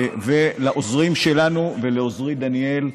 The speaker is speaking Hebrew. לעוזרים שלנו ולעוזרי דניאל,